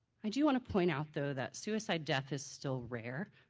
i do want to point out though that suicide death is still rare.